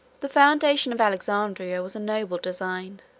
the foundation of alexandria was a noble design,